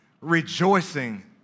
rejoicing